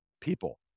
people